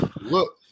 Look